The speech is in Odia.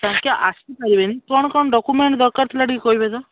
ତାଙ୍କେ ଆସିପାରିବେନି କ'ଣ କ'ଣ ଡକ୍ୟୁମେଣ୍ଟ ଦରକାର ଥିଲା ଟିକିଏ କହିବେ ତ